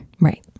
right